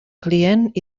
client